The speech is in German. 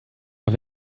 auf